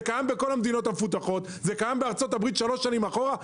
זה קיים בכל המדינות המפותחות; בארה"ב זה קיים שלוש שנים אחורה,